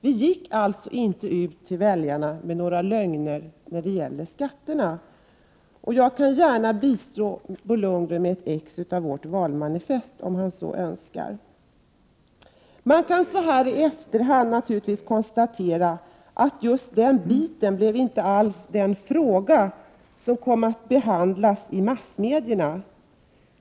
Vi gick alltså inte ut till väljarna med några lögner när det gäller skatterna. Jag kan gärna bistå Bo Lundgren med ett exemplar av vårt valmanifest, om han så önskar. Man kan så här i efterhand naturligtvis konstatera att just den biten inte alls blev den fråga som kom att behandlas i massmedierna.